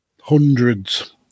hundreds